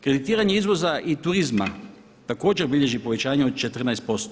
Kreditiranje izvoza i turizma također bilježi povećanje od 14%